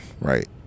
right